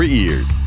ears